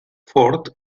fort